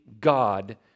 god